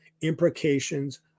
imprecations